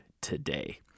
today